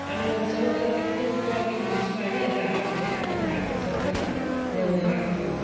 ಆಮೇಲೆ ಒಂದು ಸೌಟಲ್ಲಿ ತೆಗೆದು ಉಪ್ಪು ಹಾಕಿ ಮಿಕ್ಸ್ ಮಾಡಿ ಎಲ್ಲ ಆದ್ಮೇಲೆ ಅದನ್ನ ಹಾಕಿ ಸೌಟಲ್ಲಿ ಹಾಕ್ಕೊಳ್ತೀನಿ